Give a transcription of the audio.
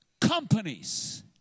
companies